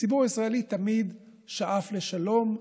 הציבור הישראלי תמיד שאף לשלום.